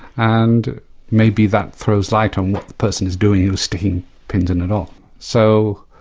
and maybe that throws light on what the person is doing who is sticking pins in a doll so,